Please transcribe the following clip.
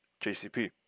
JCP